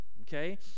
Okay